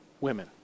women